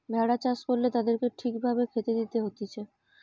ভেড়া চাষ করলে তাদেরকে ঠিক ভাবে খেতে দিতে হতিছে